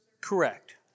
Correct